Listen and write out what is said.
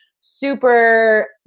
super